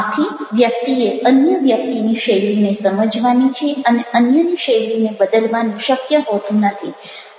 આથી વ્યક્તિએ અન્ય વ્યક્તિની શૈલીને સમજવાની છે અને અન્યની શૈલીને બદલવાનું શક્ય હોતું નથી